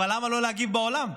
אבל למה לא להגיב בעולם?